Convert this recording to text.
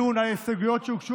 והוקצה דיון על הסתייגויות שהוגשו,